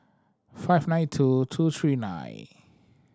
five nine two two three nine